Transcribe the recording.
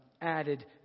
added